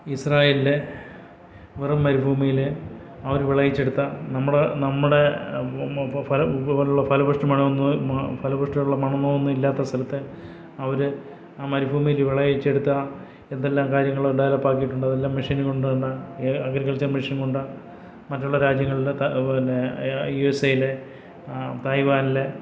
ഇസ്രായേലിലെ വെറും മരുഭൂമിയില് അവര് വിളയിച്ചെടുത്ത നമ്മുടെ നമ്മുടെ ഫല പൊലു ഫലപുഷ്ടി മണമുളള മാ ഫലപുഷ്ടിയുള്ള മണ്ണൊന്നും ഇല്ലാത്ത സ്ഥലത്ത് അവര് ആ മരുഭൂമിയില് വിളയിച്ചെടുത്ത എന്തെല്ലാം കാര്യങ്ങള് ഡെവലപ്പായിട്ടുണ്ട് അതെല്ലാം മെഷീന് കൊണ്ടുവന്ന് അഗ്രികൾച്ചർ മെഷീൻ കൊണ്ട് മറ്റുള്ള രാജ്യങ്ങളിലത്തെ അതുപോലെതന്നെ യു എസ് എയില് തായ്വാനില്